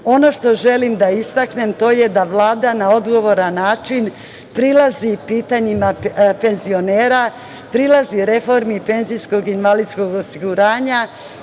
što želim da istaknem je to da Vlada na odgovoran način prilazi pitanjima penzionera, prilazi reformi penzijskog i invalidskog osiguranja